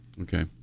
Okay